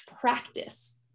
practice